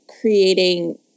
creating